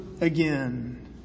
again